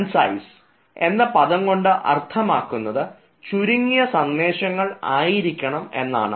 concise എന്ന പദം കൊണ്ട് അർത്ഥമാക്കുന്നത് ചുരുങ്ങിയ സന്ദേശങ്ങൾ ആയിരിക്കണം എന്നാണ്